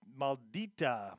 Maldita